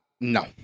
no